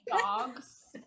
Dogs